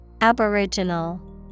Aboriginal